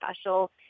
special –